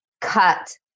cut